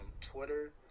Twitter